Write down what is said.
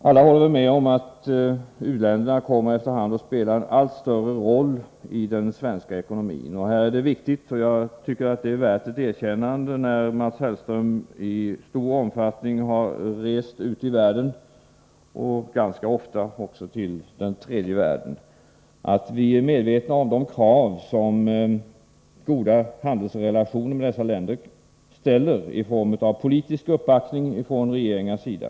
Alla håller väl med om att u-länderna efter hand kommer att spela en allt större roll i den svenska ekonomin. Det är viktigt att framhålla — och jag tycker att Mats Hellström är värd ett erkännande för att han i stor omfattning har rest ut i världen och ganska ofta också till den tredje världen — att vi måste vara medvetna om de krav som goda handelsrelationer med dessa länder ställer i form av politisk uppbackning från regeringars sida.